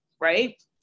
right